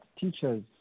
teachers